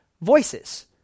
voices